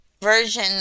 version